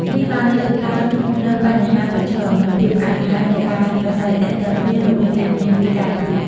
នេះបានលើកឡើងនូវបញ្ហាប្រឈម និងភាពផ្អែមល្ហែមនៃការប្រាស្រ័យទាក់ទងគ្នារបស់អ្នកមានពិការភាព ។